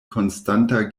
konstanta